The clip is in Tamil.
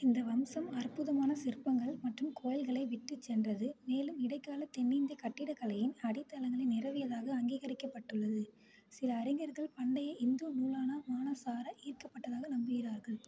இந்த வம்சம் அற்புதமான சிற்பங்கள் மற்றும் கோயில்களை விட்டுச் சென்றது மேலும் இடைக்கால தென்னிந்திய கட்டிடக்கலையின் அடித்தளங்களை நிறுவியதாக அங்கீகரிக்கப்பட்டுள்ளது சில அறிஞர்கள் பண்டைய இந்து நூலான மானசார ஈர்க்கப்பட்டதாக நம்புகிறார்கள்